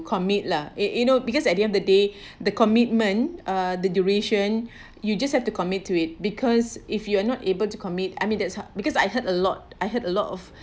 commit lah you you know because at the end of the day the commitment uh the duration you just have to commit to it because if you're not able to commit I mean that's because I heard a lot I heard a lot of